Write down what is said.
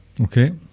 Okay